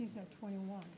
so twenty one.